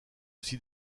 aussi